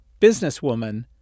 businesswoman